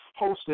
hosted